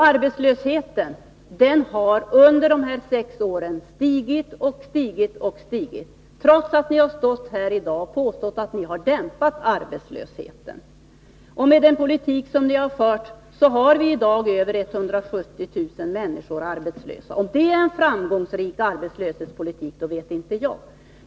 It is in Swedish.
Arbetslösheten har under de här sex åren stigit och stigit — trots att ni har stått här i dag och påstått att ni har dämpat arbetslösheten. Som ett resultat av den politik ni har fört har vi i dag över 170 000 människor arbetslösa. Jag vet inte om det kan kallas en framgångsrik arbetslöshetspolitik.